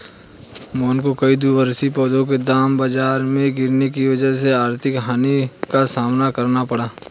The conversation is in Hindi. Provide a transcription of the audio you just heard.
मोहन को कई द्विवार्षिक पौधों के दाम बाजार में गिरने की वजह से आर्थिक हानि का सामना करना पड़ा